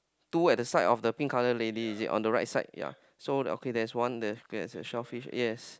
two at the side of the pink color lady is it on the right side ya so okay there's one there okay there's a shellfish yes